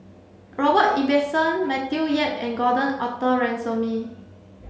Robert Ibbetson Matthew Yap and Gordon Arthur Ransome